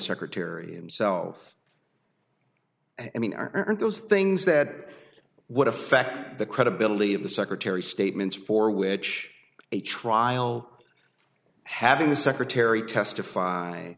secretary i'm self i mean are those things that would affect the credibility of the secretary statements for which a trial having the secretary testify